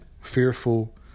fearful